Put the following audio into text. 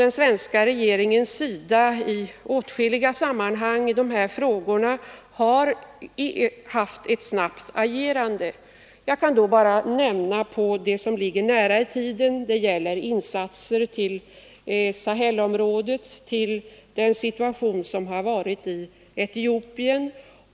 Den svenska regeringen har i dessa frågor agerat snabbt i åtskilliga sammanhang. Jag skall bara nämna det som ligger nära i tiden, nämligen insatser till Sahelområdet och till Etiopien.